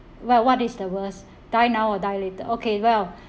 well what is the worst die now or die later okay well